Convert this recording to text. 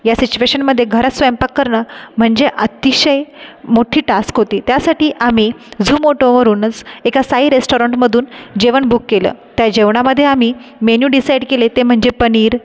या सिच्युएशनमध्ये घरात स्वयंपाक करणं म्हणजे अतिशय मोठी टास्क होती त्यासाठी आम्ही झूमोटो वरूनच एका साई रेस्टॉरंटमधून जेवण बुक केलं त्या जेवणामध्ये आम्ही मेन्यू डिसाईड केले ते म्हणजे पनीर